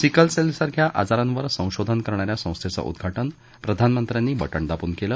सिकलसेलसारख्या आजारांवर संशोधन करणाऱ्या संस्थेचे उद्घाटन प्रधानमंत्र्यांनी बटन दाबून केलं